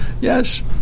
Yes